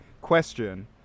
Question